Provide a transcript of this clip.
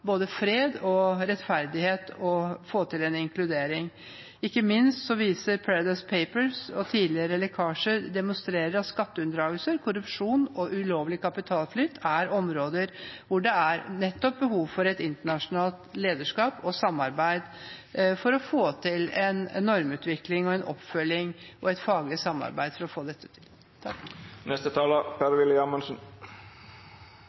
både fred og rettferdighet og få til en inkludering. Ikke minst demonstrerer Paradise Papers og tidligere lekkasjer at skatteunndragelser, korrupsjon og ulovlig kapitalflukt er områder hvor det er behov for internasjonalt lederskap og samarbeid for å få til normutvikling, oppfølging og et faglig samarbeid for å få dette til.